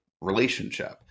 relationship